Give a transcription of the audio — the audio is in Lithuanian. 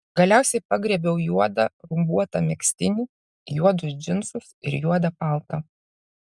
galiausiai pagriebiau juodą rumbuotą megztinį juodus džinsus ir juodą paltą